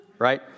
right